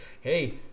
hey